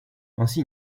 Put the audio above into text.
ainsi